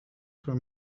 voor